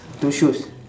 two shoes